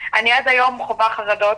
ואני עד היום חווה חרדות,